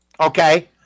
okay